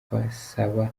akamusaba